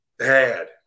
Bad